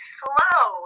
slow